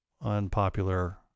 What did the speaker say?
unpopular